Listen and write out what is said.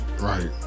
right